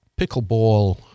pickleball